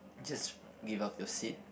just give up your seat